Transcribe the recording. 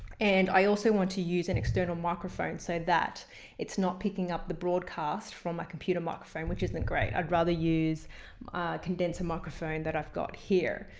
and i also want to use an external microphone so that it's not picking up the broadcast from my computer microphone which isn't great. i'd rather use the condenser microphone that i've got here.